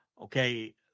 Okay